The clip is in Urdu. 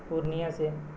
پورنیا سے